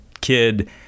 kid